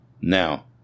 Now